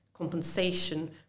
compensation